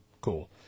cool